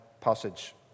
passage